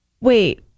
Wait